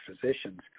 physicians